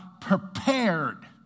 prepared